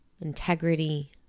integrity